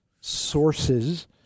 sources